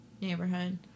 neighborhood